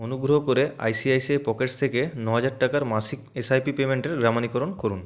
অনুগ্রহ করে I C I C I pockets থেকে নহাজার টাকার মাসিক এস আই পি পেমেন্টের করুন